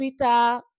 Twitter